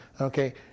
Okay